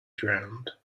drowned